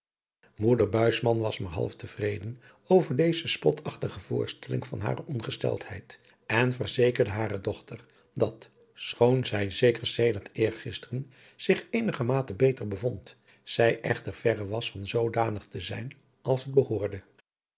was maar half te vreden over deze spotachtige voorstelling van hare ongesteldheid en verzekerde hare dochter dat schoon zij zeker sedert eergisteren zich eeniadriaan loosjes pzn het leven van hillegonda buisman germate beter bevond zij echter verre was van zoodanig te zijn als het behoorde